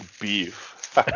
beef